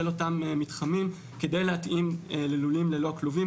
אותם מתחמים כדי להתאים ללולים ללא כלובים,